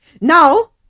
Now